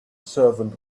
servant